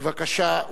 בבקשה.